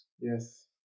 Yes